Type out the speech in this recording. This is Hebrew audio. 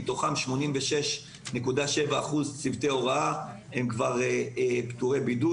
מתוכם 86.7% צוותי הוראה הם פטורי בידוד.